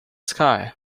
sky